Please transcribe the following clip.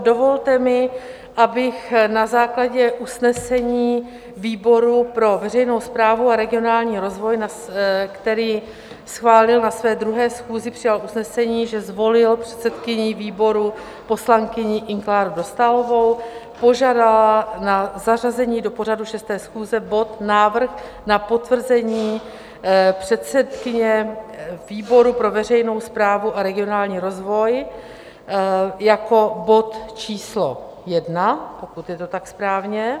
Dovolte, abych na základě usnesení výboru pro veřejnou správu a regionální rozvoj, které schválil na své 2. schůzi přijal usnesení, že zvolil předsedkyni výboru, poslankyni Ing. Kláru Dostálovou požádala na zařazení do pořadu 6. schůze bod Návrh na potvrzení předsedkyně výboru pro veřejnou správu a regionální rozvoj, jako bod číslo 1, pokud je to tak správně.